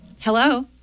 Hello